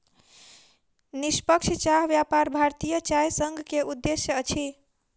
निष्पक्ष चाह व्यापार भारतीय चाय संघ के उद्देश्य अछि